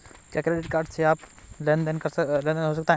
क्या credit card से आपसी लेनदेन हो सकता है?